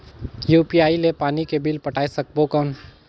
UPI ले पानी के बिल पटाय सकबो कौन?